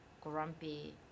grumpy